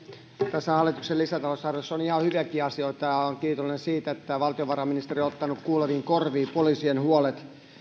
tässä hallituksen lisätalousarviossa on ihan hyviäkin asioita olen kiitollinen siitä että valtiovarainministeriö on ottanut kuuleviin korviin poliisien huolet